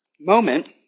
moment